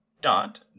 Dot